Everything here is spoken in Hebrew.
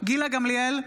גילה גמליאל,